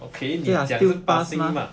okay 你讲 passing mark